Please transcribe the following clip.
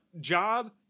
job